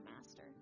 master